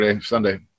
Sunday